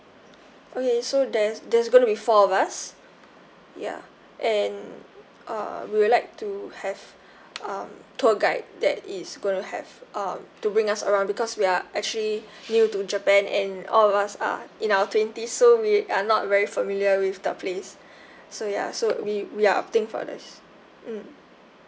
okay so there's there's going to be four of us ya and uh we would like to have um tour guide that is going to have uh to bring us around because we are actually new to japan and all of us are in our twenties so we are not very familiar with the place so ya so we we are opting for this mm